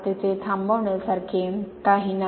तेथे थांबवण्यासारखे काही नाही